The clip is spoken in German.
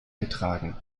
getragen